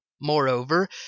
Moreover